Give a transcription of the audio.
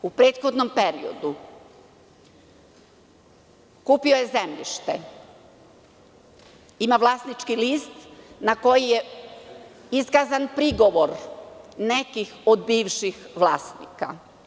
U prethodnom periodu kupio je zemljište, ima vlasnički list na koji je iskazan prigovor nekih od bivših vlasnika.